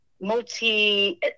multi